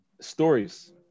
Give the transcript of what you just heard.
stories